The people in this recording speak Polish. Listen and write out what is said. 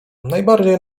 najbardziej